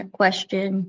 question